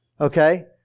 Okay